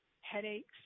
headaches